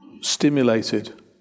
stimulated